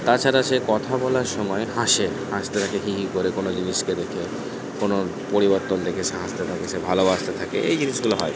তাছাড়া সে কথা বলার সময় হাসে হাসতে থাকে হি হি করে কোনো জিনিসকে দেখে কোনো পরিবর্তন দেখে সে হাসতে থাকে সে ভালোবাসতে থাকে এই জিনিসগুলো হয়